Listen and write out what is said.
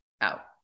out